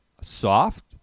soft